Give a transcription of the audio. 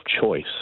choice